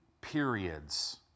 periods